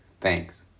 Thanks